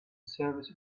service